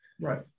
Right